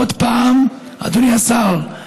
עוד פעם, אדוני השר,